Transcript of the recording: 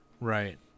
Right